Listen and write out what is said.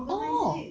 oh